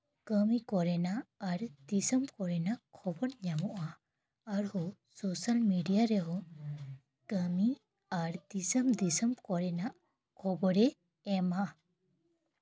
ᱠᱟᱹᱢᱤ ᱠᱚᱨᱮᱱᱟᱜ ᱟᱨ ᱫᱤᱥᱚᱢ ᱠᱚᱨᱮᱱᱟᱜ ᱠᱷᱚᱵᱚᱨ ᱧᱟᱢᱚᱜᱼᱟ ᱟᱨᱦᱚᱸ ᱥᱳᱥᱟᱞ ᱢᱤᱰᱤᱭᱟ ᱨᱮᱦᱚᱸ ᱠᱟᱹᱢᱤ ᱟᱨ ᱫᱤᱥᱚᱢ ᱫᱤᱥᱚᱢ ᱠᱷᱚᱵᱚᱨᱮ ᱮᱢᱼᱟ